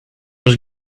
was